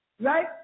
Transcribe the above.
Right